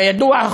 כידוע,